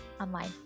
online